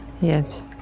Yes